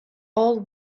all